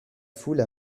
foule